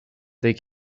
they